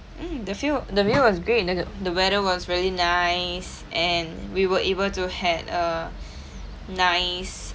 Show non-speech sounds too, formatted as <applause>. mm the view the view was great and the the weather was really nice and we were able to had a <breath> nice